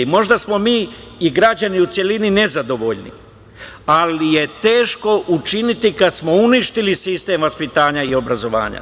Možda smo mi i građani u celini nezadovoljni, ali je teško učiniti kad smo uništili sistem vaspitanja i obrazovanja.